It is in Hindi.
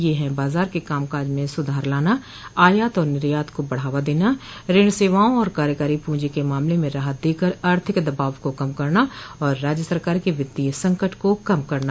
ये हैं बाजार के कामकाज में सुधार लाना आयात और निर्यात को बढ़ावा देना ऋण सेवाओं और कार्यकारी पूंजी को मामले में राहत देकर आर्थिक दबाव को कम करना और राज्य सरकारों के वित्तीय संकट को कम करना